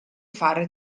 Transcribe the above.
fare